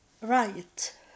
right